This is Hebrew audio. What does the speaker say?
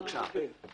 בבקשה.